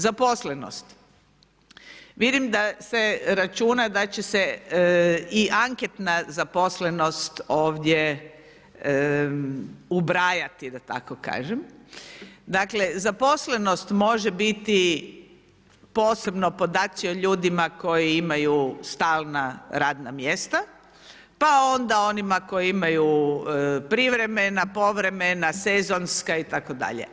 Zaposlenost, vidim da se račun da će se i anketna zaposlenost ovdje ubrajati da tako kažem, dakle zaposlenost može biti posebni podaci o ljudima koji imaju stalna radna mjesta, pa onda onima koji imaju privremena, povremena, sezonska itd.